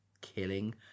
killing